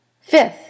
Fifth